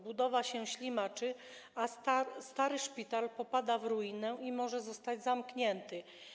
Budowa się ślimaczy, a stary szpital popada w ruinę i może zostać zamknięty.